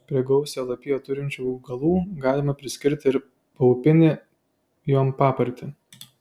prie gausią lapiją turinčių augalų galima priskirti ir paupinį jonpapartį